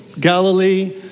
Galilee